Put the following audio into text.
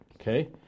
okay